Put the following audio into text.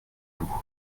vous